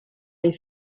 les